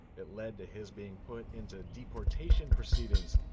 it led to his being put into deportation proceedings.